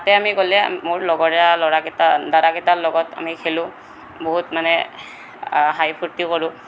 তাতে আমি গ'লে মোৰ লগৰীয়া ল'ৰাকেইটা দাদাকেইটাৰ লগত আমি খেলো বহুত মানে হাঁহি ফুৰ্তি কৰোঁ